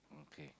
okay